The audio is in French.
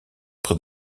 près